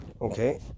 okay